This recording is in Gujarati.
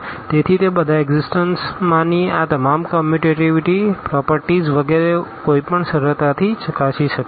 તેથી તે બધા એક્ષિસટન્સમાંની આ તમામ ક્મ્મ્યુંતેટીવીટી પ્રોપરટીઝ વગેરે કોઈપણ સરળતાથી ચકાસી શકે છે